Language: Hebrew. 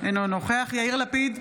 אינו נוכח יאיר לפיד,